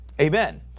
amen